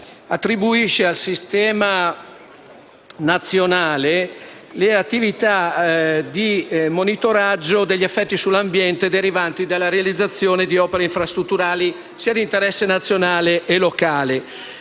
attribuisce al Sistema nazionale le attività di monitoraggio degli effetti sull'ambiente derivanti dalla realizzazione di opere infrastrutturali di interesse sia nazionale, che locale.